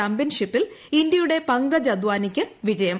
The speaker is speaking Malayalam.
ചാമ്പ്യൻഷിപ്പിൽ ഇന്ത്യയുടെ പങ്കജ് അദ്വാനിക്ക് ജയം